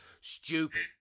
Stupid